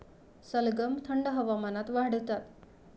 सलगम थंड हवामानात वाढतात